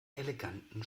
eleganten